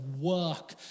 work